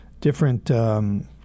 different